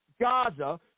Gaza